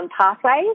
pathways